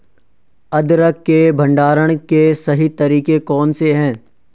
अदरक के भंडारण के सही तरीके कौन से हैं?